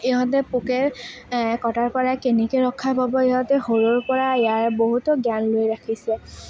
ইহঁতে পোকে এ কটাৰ পৰা কেনেকৈ ৰক্ষাব পাব পাৰি ইহঁতে সৰুৰ পৰা ইয়াৰ বহুতো জ্ঞান লৈ ৰাখিছে